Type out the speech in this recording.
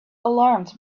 alarmed